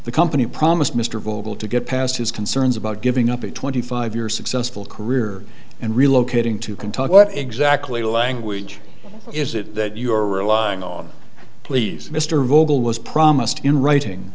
the company promised mr vogel to get past his concerns about giving up a twenty five year successful career and relocating to kentucky what exactly language is it that you are relying on please mr vogel was promised in writing